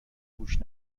گوش